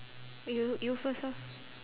you you first orh